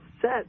set